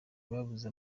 babuze